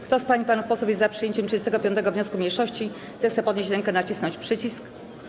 Kto z pań i panów posłów jest za przyjęciem 35. wniosku mniejszości, zechce podnieść rękę i nacisnąć przycisk.